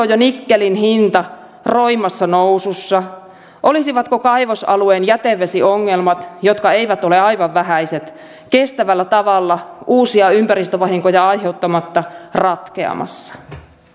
jo nikkelin hinta roimassa nousussa olisivatko kaivosalueen jätevesiongelmat jotka eivät ole aivan vähäiset kestävällä tavalla uusia ympäristövahinkoja aiheuttamatta ratkeamassa